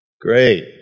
great